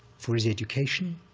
for his education,